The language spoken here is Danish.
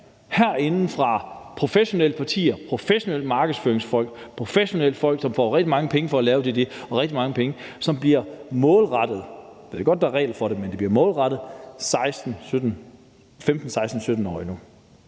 herinde fra professionelle partier og fra professionelle markedsføringsfolk, professionelle folk, som får rigtig mange penge – rigtig mange penge – for at lave den markedsføring, som nu bliver målrettet, og jeg ved godt, at der er regler for det, men den bliver målrettet, 15-, 16-